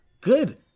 good